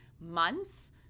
months